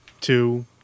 two